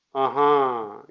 ah huh.